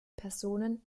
personen